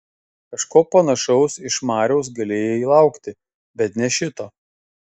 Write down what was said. kažko panašaus iš mariaus galėjai laukti bet ne šito